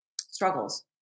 struggles